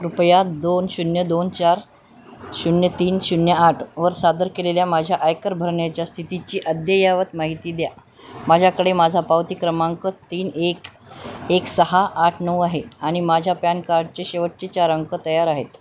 कृपया दोन शून्य दोन चार शून्य तीन शून्य आठवर सादर केलेल्या माझ्या आयकर भरण्याच्या स्थितीची अद्ययावत माहिती द्या माझ्याकडे माझा पावती क्रमांक तीन एक एक सहा आठ नऊ आहे आणि माझ्या पॅन कार्डचे शेवटचे चार अंक तयार आहेत